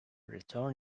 return